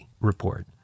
report